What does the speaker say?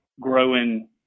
growing